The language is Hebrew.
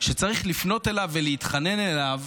שצריך לפנות אליו ולהתחנן אליו,